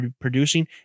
producing